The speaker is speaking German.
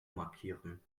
markieren